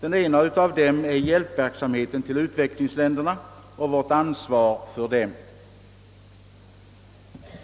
En av dem är hjälpverksamheten till uländerna och vårt ansvar för dem.